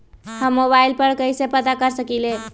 हम मोबाइल पर कईसे पता कर सकींले?